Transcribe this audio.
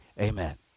Amen